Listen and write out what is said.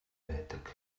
байдаг